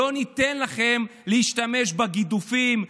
לא ניתן לכם להשתמש בגידופים,